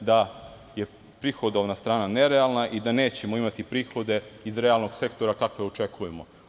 Istina je da je prihodovna strana nerealna i da nećemo imati prihode iz realnog sektora kakve očekujemo.